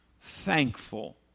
thankful